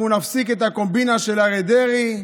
אנחנו נפסיק את הקומבינה של אריה דרעי,